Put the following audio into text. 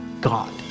God